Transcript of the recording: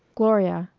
gloria,